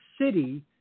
city